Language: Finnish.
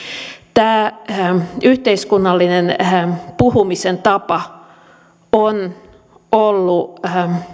tämä yhteiskunnallinen puhumisen tapa on ollut